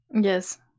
Yes